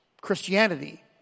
Christianity